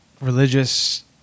religious